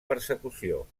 persecució